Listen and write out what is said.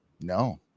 No